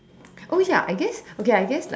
oh ya I guess okay I guess like